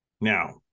now